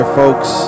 folks